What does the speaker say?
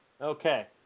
Okay